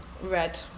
red